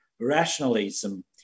rationalism